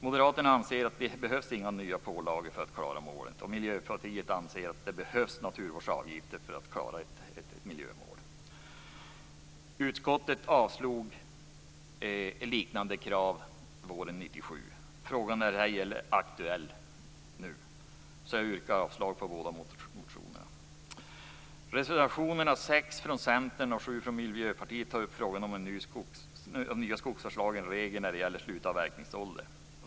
Moderaterna anser att det inte behövs några nya pålagor för att klara målen. Miljöpartiet anser att det behövs naturvårdsavgifter för att klara ett miljömål. Utskottet avstyrkte liknande krav våren 1997. Frågan är ej heller aktuell nu. Jag yrkar avslag på båda reservationerna. Reservationerna 6 från Centern och 7 från Miljöpartiet tar upp frågan om nya skogsvårdslagens regel om slutavverkningsålder.